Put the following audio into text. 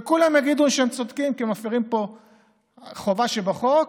וכולם יגידו שהם צודקים, כי מפירים פה חובה שבחוק,